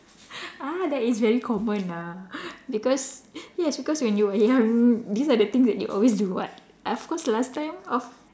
uh that is very common ah because yes because when you were young these are the things that you always do [what] of course last time of